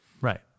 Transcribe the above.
Right